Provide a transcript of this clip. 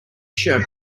shirt